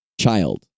Child